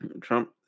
Trump